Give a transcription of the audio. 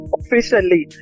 officially